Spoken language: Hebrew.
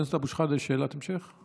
חבר הכנסת אבו שחאדה, שאלת המשך?